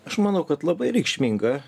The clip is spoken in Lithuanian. aš manau kad labai reikšminga